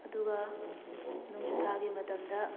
ꯑꯗꯨꯒ ꯅꯣꯡꯖꯨꯊꯥꯒꯤ ꯃꯇꯝꯗ